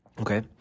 Okay